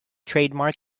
trademark